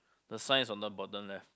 the sign is on the bottom left